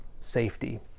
safety